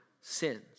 sins